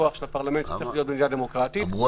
בכוח של הפרלמנט שצריך להיות במדינה דמוקרטית --- אמרו